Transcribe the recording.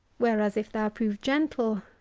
whereas, if thou prove gentle,